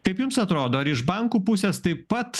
kaip jums atrodo ar iš bankų pusės taip pat